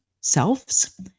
selves